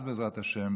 אז בעזרת השם: